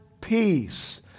peace